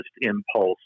impulse